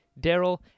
Daryl